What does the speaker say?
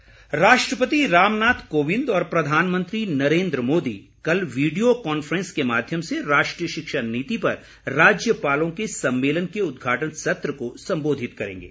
सम्मेलन राष्ट्रपति रामनाथ कोविंद और प्रधानमंत्री नरेन्द्र मोदी कल वीडियो कांफ्रेंस के माध्यम से राष्ट्रीय शिक्षा नीति पर राज्यपालों के सम्मेलन के उद्घाटन सत्र को संबोधित करेंगे